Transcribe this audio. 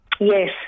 Yes